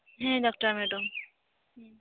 ᱦᱮᱸ doctor madam